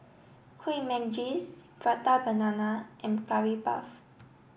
Kueh Manggis Prata Banana and Curry Puff